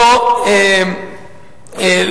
דרך אגב,